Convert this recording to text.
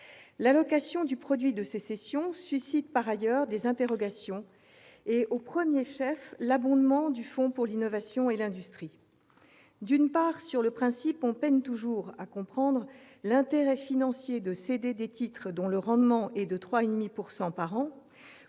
l'allocation du produit de ces cessions suscite des interrogations, avec, au premier chef, l'abondement du fonds pour l'innovation et l'industrie. D'une part, sur le principe, on peine toujours à comprendre l'intérêt financier de cette opération : il s'agit de céder des titres dont le rendement est de 3,5 % par an